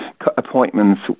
appointments